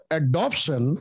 adoption